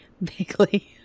Vaguely